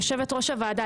יושבת ראש הוועדה,